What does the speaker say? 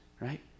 right